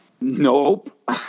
Nope